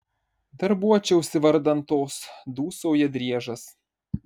darbuočiausi vardan tos dūsauja driežas